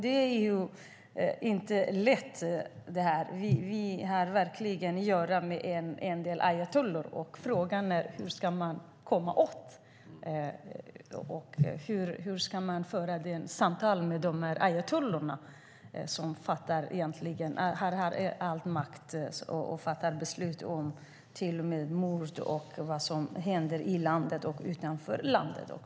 Det här är alltså inte lätt. Vi har att göra med dessa ayatollor, och frågan är hur man ska komma åt att föra samtal med ayatollorna, som har all makt och fattar beslut om sådant som händer både i och också utanför landet, till och med om mord.